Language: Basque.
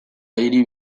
hiri